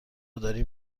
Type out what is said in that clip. داریم